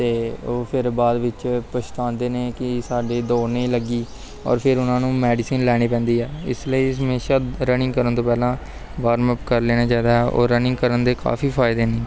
ਅਤੇ ਉਹ ਫਿਰ ਬਾਅਦ ਵਿੱਚ ਪਛਤਾਉਂਦੇ ਨੇ ਕਿ ਸਾਡੇ ਦੌੜ ਨਹੀਂ ਲੱਗੀ ਔਰ ਫਿਰ ਉਹਨਾਂ ਨੂੰ ਮੈਡੀਸੀਨ ਲੈਣੀ ਪੈਂਦੀ ਹੈ ਇਸ ਲਈ ਹਮੇਸ਼ਾ ਰਨਿੰਗ ਕਰਨ ਤੋਂ ਪਹਿਲਾਂ ਵਾਰਮਅਪ ਕਰ ਲੈਣਾ ਚਾਹੀਦਾ ਹੈ ਔਰ ਰਨਿੰਗ ਕਰਨ ਦੇ ਕਾਫੀ ਫਾਇਦੇ ਨੇ